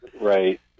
right